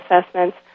assessments